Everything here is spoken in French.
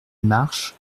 marche